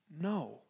No